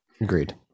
Agreed